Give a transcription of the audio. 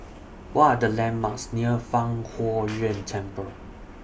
What Are The landmarks near Fang Huo Yuan Temple